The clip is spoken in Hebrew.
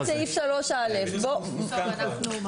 בוא נשאל בצ'טGPT איך לתקן את סעיף 3(א).